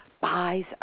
buys